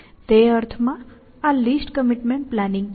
તે અર્થમાં આ લીસ્ટ કમિટમેન્ટ પ્લાનિંગ છે